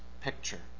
picture